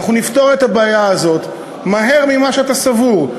ואנחנו נפתור את הבעיה הזאת מהר מכפי שאתה סבור.